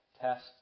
test